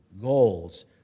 goals